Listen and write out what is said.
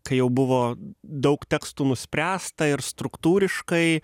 kai jau buvo daug tekstų nuspręsta ir struktūriškai